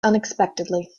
unexpectedly